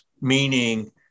meaning